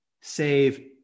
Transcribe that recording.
save